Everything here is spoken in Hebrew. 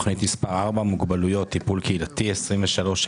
תוכנית מספר 4 מוגבלויות טיפול קהילתי 23-07-22: